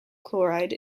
chloride